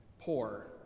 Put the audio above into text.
poor